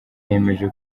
yemeza